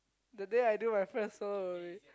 the day I do my first solo really